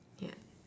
ya